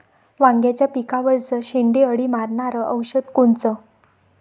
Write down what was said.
वांग्याच्या पिकावरचं शेंडे अळी मारनारं औषध कोनचं?